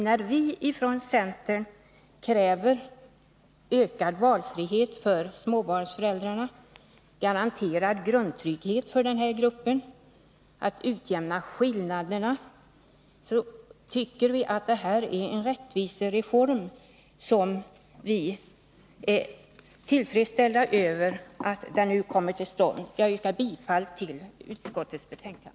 När vi ifrån centern kräver ökad valfrihet för småbarnsföräldrarna och garanterad grundtrygghet för den här gruppen för att utjämna skillnaderna, så menar vi att det är fråga om en rättvisereform. Och vi är tillfredsställda över att reformen nu kommer till stånd. Jag yrkar bifall till utskottets hemställan.